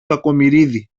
κακομοιρίδη